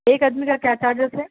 ایک آدمی کا کیا چارجز ہے